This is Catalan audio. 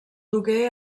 dugué